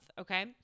Okay